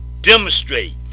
demonstrate